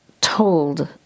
told